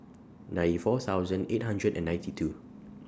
ninety four thousand eight hundred and ninety two